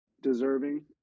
deserving